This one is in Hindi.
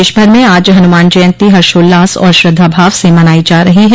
प्रदेश भर में आज हनुमान जयन्ती हर्षोल्लास और श्रद्धाभाव से मनायी जा रही है